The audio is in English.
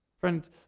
Friends